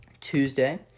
Tuesday